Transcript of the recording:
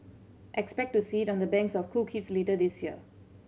expect to see it on the banks of cool kids later this year